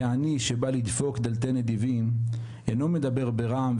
העני שבא לבתי נדיבים אינו מדבר ברעם,